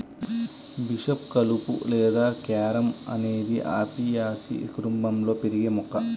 bishop కలుపు లేదా carom అనేది అపియాసి కుటుంబంలో పెరిగే మొక్క